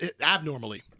abnormally